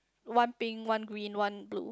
one pink one green one blue